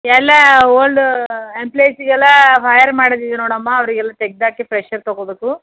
ಎಲ್ಲ ಓಲ್ಡು ಎಂಪ್ಲಾಯಿಸ್ಗೆಲ್ಲ ಫೈಯರ್ ಮಾಡೋದಿದೆ ನೋಡಮ್ಮ ಅವ್ರಿಗೆಲ್ಲ ತೆಗೆದಾಕಿ ಫ್ರೆಶರ್ ತಗೋಬೇಕು